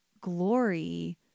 glory